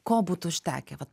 ko būtų užtekę vat